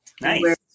Nice